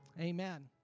Amen